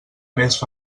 més